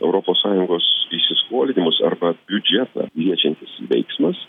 europos sąjungos įsiskolinimus arba biudžetą liečiantis veiksmas